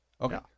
okay